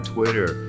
Twitter